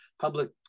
public